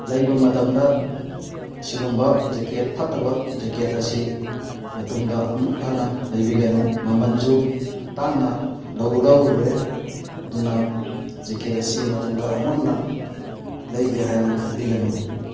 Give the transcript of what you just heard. ꯂꯩꯕ ꯃꯇꯝꯗ ꯑꯁꯤꯒꯨꯝꯕ ꯖꯦꯀꯦꯠ ꯐꯠꯇꯕ ꯖꯦꯀꯦꯠ ꯑꯁꯤ ꯃꯇꯨꯡꯗ ꯑꯃꯨꯛ ꯍꯟꯅ ꯂꯩꯕꯤꯒꯅꯨ ꯃꯃꯜꯁꯨ ꯇꯥꯡꯅ ꯂꯧꯔꯨꯔꯦ ꯑꯗꯨꯅ ꯖꯦꯀꯦꯠ ꯑꯁꯤ ꯃꯇꯨꯡꯗ ꯑꯃꯨꯛ ꯍꯟꯅ ꯂꯩꯒꯦ ꯍꯥꯏꯅ ꯈꯟꯕꯤꯒꯅꯨ